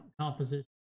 composition